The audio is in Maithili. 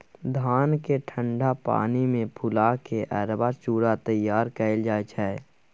धान केँ ठंढा पानि मे फुला केँ अरबा चुड़ा तैयार कएल जाइ छै